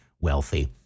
wealthy